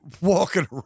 walking